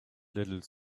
little